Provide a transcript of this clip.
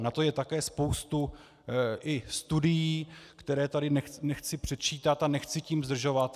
Na to je také spousta i studií, které tady nechci předčítat a nechci tím zdržovat.